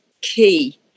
key